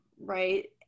right